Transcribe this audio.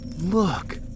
Look